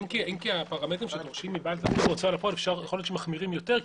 אם כי הפרמטרים שדורשים יכול להיות שמחמירים יותר,